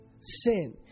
sin